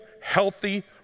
healthy